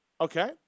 Okay